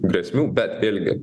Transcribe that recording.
grėsmių bet vėlgi